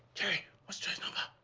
what's joe's number?